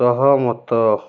ସହମତ